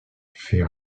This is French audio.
fait